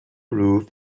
roof